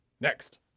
Next